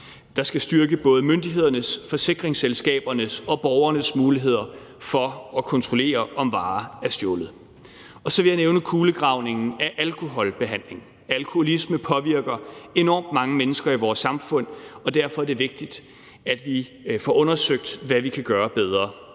der skal styrke både myndighederne, forsikringsselskaberne og borgernes muligheder for at kontrollere, om varer er stjålet. Så vil jeg nævne kulegravningen af alkoholbehandling. Alkoholisme påvirker enormt mange mennesker i vores samfund, og derfor er det vigtigt, at vi får undersøgt, hvad vi kan gøre bedre